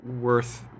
worth